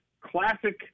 classic